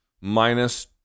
minus